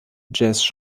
jazz